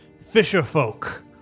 Fisherfolk